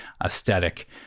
aesthetic